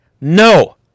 No